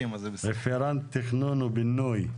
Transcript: רפרנט תכנון ובינוי.